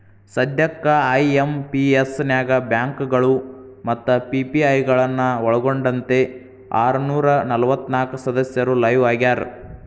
ಸದ್ಯಕ್ಕ ಐ.ಎಂ.ಪಿ.ಎಸ್ ನ್ಯಾಗ ಬ್ಯಾಂಕಗಳು ಮತ್ತ ಪಿ.ಪಿ.ಐ ಗಳನ್ನ ಒಳ್ಗೊಂಡಂತೆ ಆರನೂರ ನಲವತ್ನಾಕ ಸದಸ್ಯರು ಲೈವ್ ಆಗ್ಯಾರ